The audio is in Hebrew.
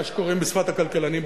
מה שקוראים בשפת הכלכלנים,